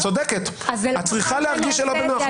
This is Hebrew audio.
את צודקת, את צריכה להרגיש שלא בנוח.